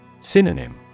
Synonym